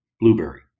blueberry